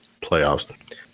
playoffs